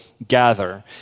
gather